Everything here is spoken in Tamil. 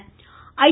cricket I